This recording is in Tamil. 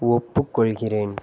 ஒப்புக்கொள்கிறேன்